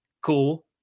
cool